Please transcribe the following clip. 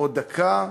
עוד דקה.